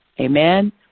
amen